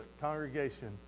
congregation